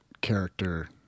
character